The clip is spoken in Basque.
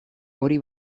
hori